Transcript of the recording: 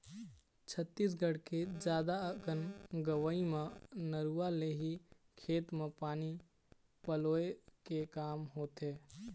छत्तीसगढ़ के जादा अकन गाँव गंवई म नरूवा ले ही खेत म पानी पलोय के काम होथे